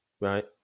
Right